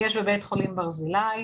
יש בבית חולים ברזילי,